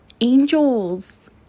angels